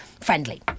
friendly